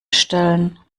stellen